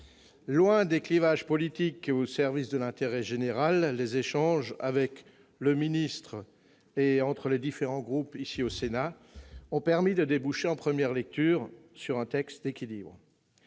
Loin des clivages politiques et au service de l'intérêt général, les échanges entre vous, monsieur le secrétaire d'État, et les différents groupes du Sénat ont permis de déboucher en première lecture sur un texte d'équilibre.